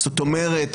זאת אומרת,